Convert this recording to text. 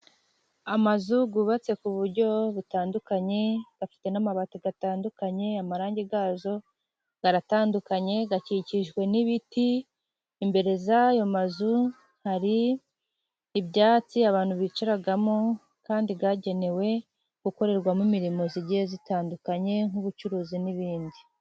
Amazu yubatse ku buryo butandukanye, afite n'amabati atandukanye amarangi yazo aratandukanye ,akikijwe n'ibiti imbere y'ayo mazu hari ibyatsi abantu bicaramo kandi yagenewe gukorerwamo imirimo igiye itandukanye nk'ubucuruzi n'ibindi.